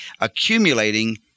accumulating